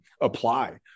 apply